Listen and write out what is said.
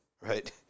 right